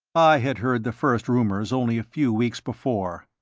i had heard the first rumors only a few weeks before,